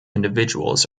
individuals